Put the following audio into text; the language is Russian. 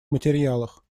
материалах